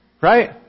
Right